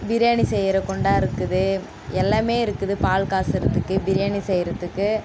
பிரியாணி செய்கிற குண்டா இருக்குது எல்லாம் இருக்குது பால் காய்ச்சறதுக்கு பிரியாணி செய்கிறதுக்கு